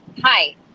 Hi